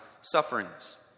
sufferings